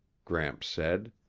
gramps said.